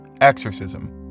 Exorcism